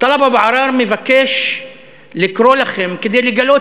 טלב אבו עראר מבקש לקרוא לכם כדי לגלות